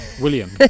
William